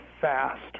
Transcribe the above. fast